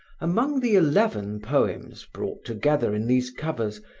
among the eleven poems brought together in these covers,